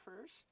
first